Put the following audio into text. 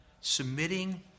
Submitting